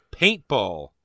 paintball